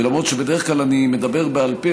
ולמרות שבדרך כלל אני מדבר בעל פה,